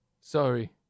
Sorry